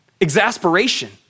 exasperation